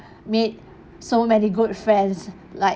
made so many good friends like